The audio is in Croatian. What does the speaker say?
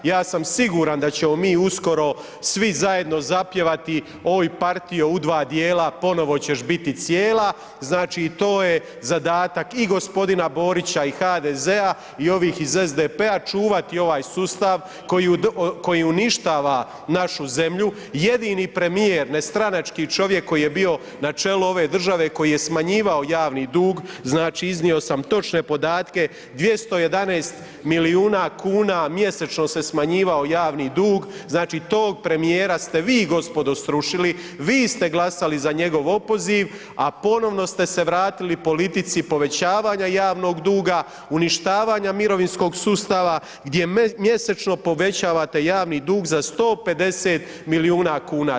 Ja sam siguran da ćemo mi uskoro svi zajedno zapjevati „Oj partijo u dva dijela, ponovo ćeš biti cijela“ Znači to je zadatak i g. Borića i HDZ-a i ovih iz SDP-a, čuvati ovaj sustav koji je uništava našu zemlju, jedini premijer nestranački čovjek koji je bio na čelu ove države koji je smanjivao javni dug, znači iznio sam točne podatke, 211 milijuna kuna mjesečno se smanjivao javni dug, znači tog premijera ste vi gospodo srušili, vi ste glasali za njegov opoziv, a ponovno ste se vratili politici povećavanja javnog duga, uništavanja mirovinskog sustava gdje mjesečno povećavate javni dug za 150 milijuna kuna.